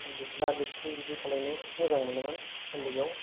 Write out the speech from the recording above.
लिरला लिरसि बिदि खालामनो मोजां मोनोमोन ओन्दैआव